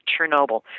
Chernobyl